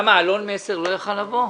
אלון מסר לא יכול היה לבוא?